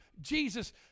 Jesus